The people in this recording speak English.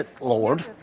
Lord